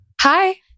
Hi